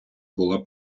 була